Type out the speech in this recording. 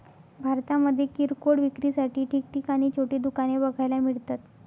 भारतामध्ये किरकोळ विक्रीसाठी ठिकठिकाणी छोटी दुकाने बघायला मिळतात